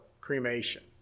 cremation